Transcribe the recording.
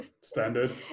standard